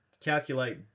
calculate